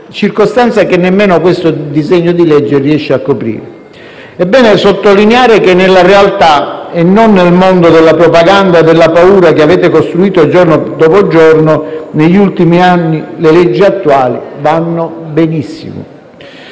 circostanza che nemmeno questo disegno di legge riesce a coprire. Ebbene, sottolineare che nella realtà e non nel mondo della propaganda e della paura che avete costruito il giorno dopo giorno, negli ultimi anni le leggi attuali vanno benissimo.